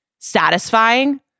satisfying